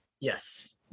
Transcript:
yes